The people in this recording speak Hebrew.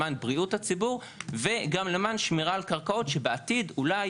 למען בריאות הציבור וגם למען שמירה על קרקעות שבעתיד אולי